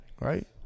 Right